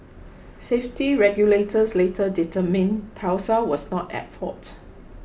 safety regulators later determined Tesla was not at fault